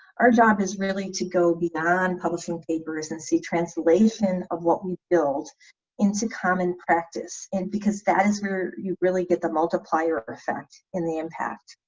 our job is really to go beyond publishing papers and see translation of what we build into common practice and because because that is where you really get the multiplier effect in the impact.